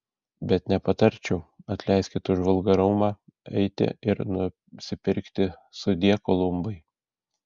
bet nepatarčiau atleiskit už vulgarumą eiti ir nusipirkti sudie kolumbai